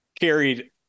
carried